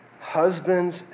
Husbands